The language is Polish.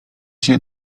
się